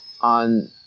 on